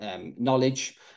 knowledge